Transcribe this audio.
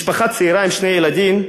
משפחה צעירה עם שני ילדים,